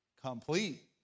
complete